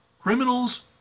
criminals